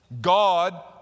God